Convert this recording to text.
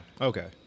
Okay